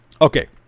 okay